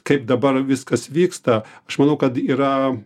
kaip dabar viskas vyksta aš manau kad yra